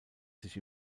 sich